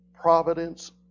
providence